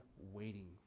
waiting